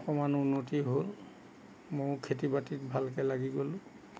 অকমান উন্নতি হ'ল ময়ো খেতি বাতিত ভালকৈ লাগি গ'লোঁ